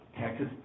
Texas